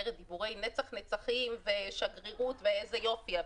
דיבורי נצח נצחים ושגרירות ואיזה יופי,